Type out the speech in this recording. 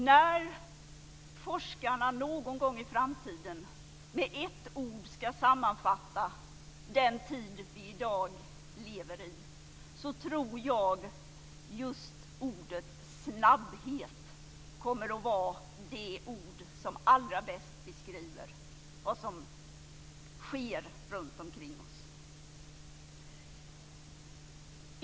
När forskarna någon gång i framtiden med ett ord ska sammanfatta den tid som vi i dag lever i, tror jag att just ordet snabbhet kommer att vara det ord som allra bäst beskriver vad som sker runtomkring oss.